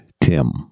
Tim